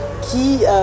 qui